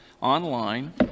online